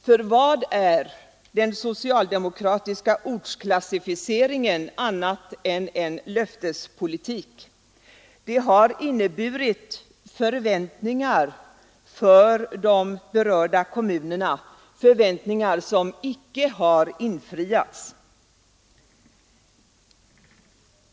För vad är den socialdemokratiska ortsklassificeringen annat än en löftespolitik? Den har inneburit förväntningar för de berörda kommunerna, förväntningar som icke har infriats.